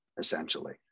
essentially